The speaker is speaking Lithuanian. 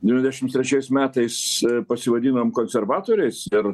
devyniasdešim trečiais metais pasivadinom konservatoriais ir